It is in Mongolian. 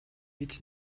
гэж